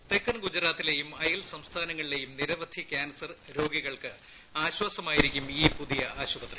തെക്കൻ ഗുജറാത്തിയിലെയും അയൽ സംസ്ഥാനങ്ങളിലെയും നിരവധി ക്യാൻസർ രോഗികൾക്ക് ആശ്വാസ മായിരിക്കും ഈ പുതിയ ആശുപത്രി